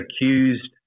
accused